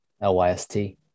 L-Y-S-T